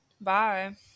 bye